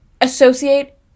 associate